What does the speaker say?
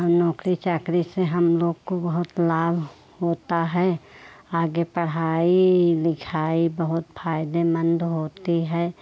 हम नौकरी चाकरी से हम लोग को बहुत लाभ होता है आगे पढ़ाई लिखाई बहुत फ़ायदेमंद होती है